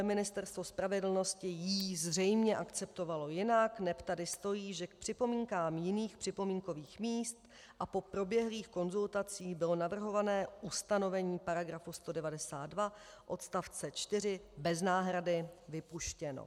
Ministerstvo spravedlnosti ji zřejmě akceptovalo jinak, neb tady stojí, že k připomínkám jiných připomínkových míst a po proběhlých konzultacích bylo navrhované ustanovení § 192 odst. 4 bez náhrady vypuštěno.